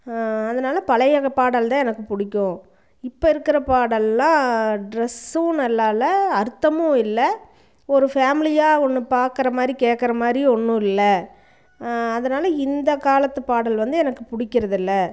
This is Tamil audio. அதனால் பழைய கால பாடல்தான் எனக்கு பிடிக்கும் இப்போ இருக்கிற பாடெல்லாம் டிரெஸ்ஸும் நல்லா இல்லை அர்த்தமும் இல்லை ஒரு ஃபேம்லியாக ஒன்றும் பார்க்குற மாதிரி கேட்குற மாதிரியும் ஒன்றும் இல்லை அதனால இந்த காலத்து பாடல் வந்து எனக்கு பிடிக்கிறது இல்லை